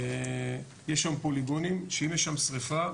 יש שם פוליגונים שאם יש שם שריפה,